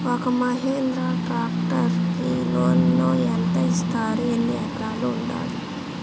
ఒక్క మహీంద్రా ట్రాక్టర్కి లోనును యెంత ఇస్తారు? ఎన్ని ఎకరాలు ఉండాలి?